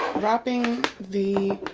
wrapping the